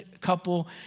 couple